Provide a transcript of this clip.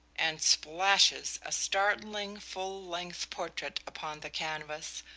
and splashes a startling full length portrait upon the canvas,